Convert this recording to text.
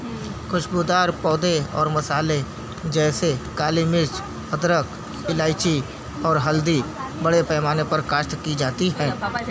خوشبودار پودے اور مصالحے جیسے کالی مرچ ادرک الائچی اور ہلدی بڑے پیمانے پر کاشت کی جاتی ہیں